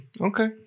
okay